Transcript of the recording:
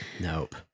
Nope